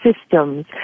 systems